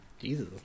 Jesus